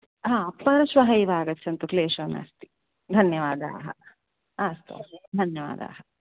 आम् परश्वः एव आगच्छन्तु क्लेशो नास्ति धन्यवादाः अस्तु अस्तु धन्यवादाः